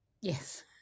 Yes